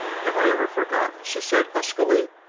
have i ever forgotten? she said huskily.